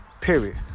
period